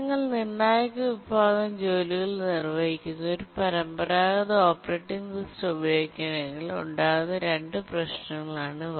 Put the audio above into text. ഞങ്ങൾ നിർണായക വിഭാഗം ജോലികൾ നിർവഹിക്കുന്നതിന് ഒരു പരമ്പരാഗത ഓപ്പറേറ്റിംഗ് സിസ്റ്റം ഉപയോഗിക്കുകയാണെങ്കിൽ ഉണ്ടാകുന്ന രണ്ട് പ്രധാന പ്രശ്നങ്ങളാണിവ